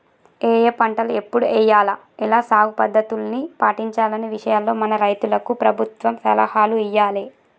ఏఏ పంటలు ఎప్పుడు ఎయ్యాల, ఎలా సాగు పద్ధతుల్ని పాటించాలనే విషయాల్లో మన రైతులకు ప్రభుత్వం సలహాలు ఇయ్యాలే